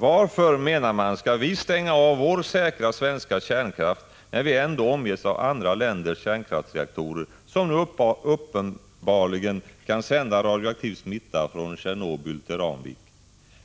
Varför, menar man, skall vi stänga av vår säkra svenska kärnkraft, när vi ändå omges av andra länders kärnkraftsreaktorer, som nu uppenbarligen kan sända radioaktiv smitta från Tjernobyl till Ramvik?